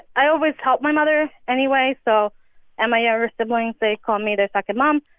i always helped my mother anyway, so and my younger siblings. they call me their second mom.